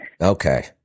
okay